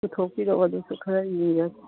ꯄꯨꯊꯣꯛꯄꯤꯔꯛꯑꯣ ꯑꯗꯨꯁꯨ ꯈꯔ ꯌꯦꯡꯖꯒꯦ